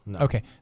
okay